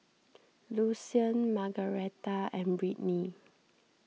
Lucien Margaretha and Brittney